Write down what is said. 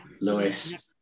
Lewis